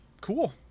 Cool